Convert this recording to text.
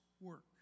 work